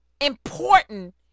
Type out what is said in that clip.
important